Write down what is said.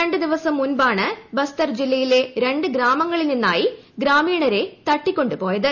രണ്ട് ദിവസം മുൻപാണ് ബസ്തർ ജില്ലയിലെ രണ്ട് ഗ്രാമങ്ങളിൽ നിന്നായി ഗ്രാമീണരെ തട്ടിക്കൊണ്ട് പോയത്